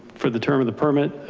for the term of the permit,